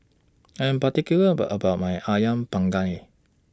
I Am particular about about My Ayam Panggang